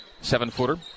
Seven-footer